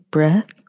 Breath